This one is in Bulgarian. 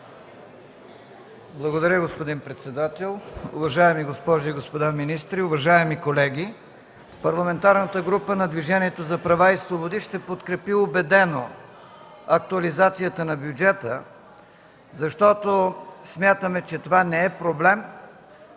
Благодаря, господин председател. Уважаеми госпожи и господа министри, уважаеми колеги! Парламентарната група на Движението за права и свободи ще подкрепи убедено актуализацията на бюджета, защото смятаме, че това не е проблем,